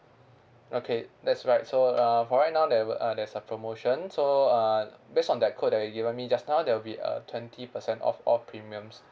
okay that's right so uh for right now there will uh there's a promotion so uh based on that code that you given me just now there will be a twenty percent off all premiums